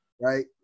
right